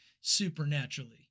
supernaturally